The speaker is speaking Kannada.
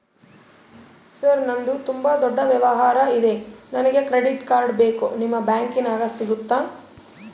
ಸರ್ ನಂದು ತುಂಬಾ ದೊಡ್ಡ ವ್ಯವಹಾರ ಇದೆ ನನಗೆ ಕ್ರೆಡಿಟ್ ಕಾರ್ಡ್ ಬೇಕು ನಿಮ್ಮ ಬ್ಯಾಂಕಿನ್ಯಾಗ ಸಿಗುತ್ತಾ?